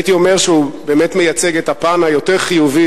הייתי אומר שהוא באמת מייצג את הפן היותר-חיובי,